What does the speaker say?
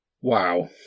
Wow